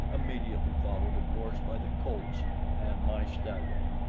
immediately followed, of course, by the colts and my stallion.